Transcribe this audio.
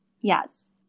Yes